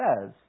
says